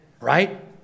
Right